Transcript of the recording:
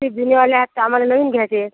ते जुनेवाले आहेत तर आम्हाला नवीन घ्यायचे आहेत